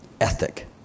ethic